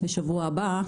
בשבוע הבא.